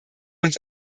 uns